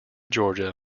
georgia